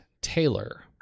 Taylor